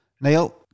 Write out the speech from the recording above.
Neil